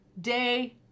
day